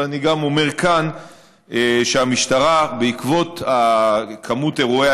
אבל אני אומר כאן שבעקבות מספר אירועי